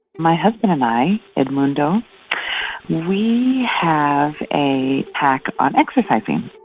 my husband and i, edmundo we have a pact on exercising.